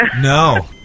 no